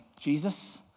Jesus